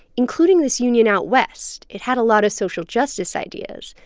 including this union out west. it had a lot of social justice ideas,